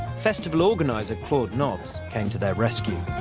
festival organiser claude nobs came to their rescue.